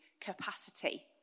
capacity